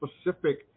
specific